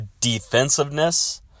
defensiveness